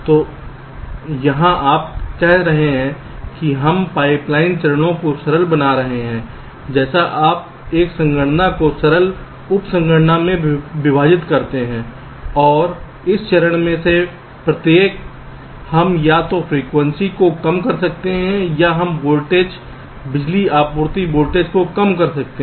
तो यहां आप कह रहे हैं कि हम पाइपलाइन चरणों को सरल बना रहे हैं जैसे आप एक संगणना को सरल उप संगणना में विभाजित करते हैं और इस चरण में से प्रत्येक हम या तो फ्रीक्वेंसी को कम कर सकते हैं या हम वोल्टेज बिजली की आपूर्ति वोल्टेज को कम कर सकते हैं